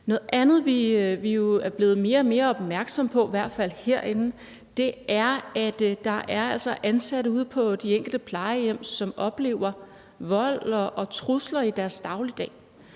Noget andet, vi jo er blevet mere og mere opmærksomme på, i hvert fald herinde, er, at der altså er ansatte ude på de enkelte plejehjem, som oplever vold og trusler i deres dagligdag.